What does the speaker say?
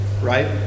right